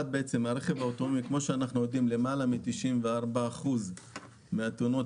כמו שאנחנו יודעים למעלה מ-94% מהתאונות